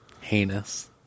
Heinous